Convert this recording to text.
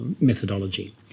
methodology